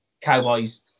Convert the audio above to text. Cowboys